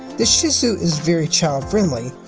the shih tzu is very child-friendly.